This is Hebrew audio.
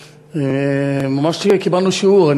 ממש קיבלנו שיעור.